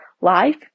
life